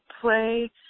play